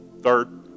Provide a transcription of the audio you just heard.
third